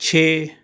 ਛੇ